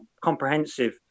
comprehensive